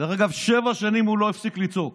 דרך אגב, שבע שנים הוא לא הפסיק לצעוק.